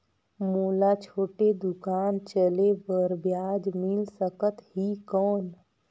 मोला छोटे दुकान चले बर ब्याज मिल सकत ही कौन?